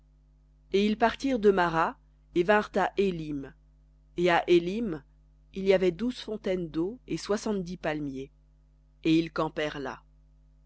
et ils partirent de mara et vinrent à élim et à élim il y avait douze fontaines d'eau et soixante-dix palmiers et ils campèrent là